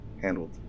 handled